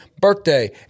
birthday